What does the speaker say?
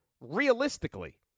realistically